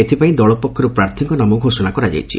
ଏଥିପାଇଁ ଦଳ ପକ୍ଷର୍ ପ୍ରାର୍ଥୀଙ୍କ ନାମ ଘୋଷଣା କରାଯାଇଛି